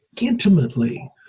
intimately